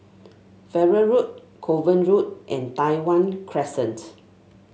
Farrer Road Kovan Road and Tai Hwan Crescent